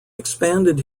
expanded